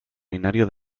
binario